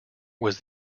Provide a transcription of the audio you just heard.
was